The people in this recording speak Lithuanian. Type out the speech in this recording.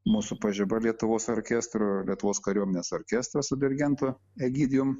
mūsų pažiba lietuvos orkestrų lietuvos kariuomenės orkestras su dirigentu egidijum